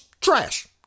trash